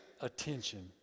attention